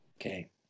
okay